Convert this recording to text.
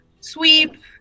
Sweep